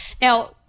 Now